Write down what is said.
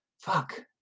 Fuck